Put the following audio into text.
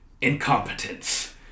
incompetence